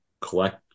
collect